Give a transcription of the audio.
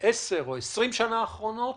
בעשר-עשרים השנים האחרונות,